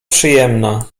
przyjemna